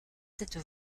cette